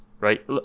right